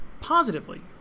positively